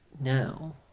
now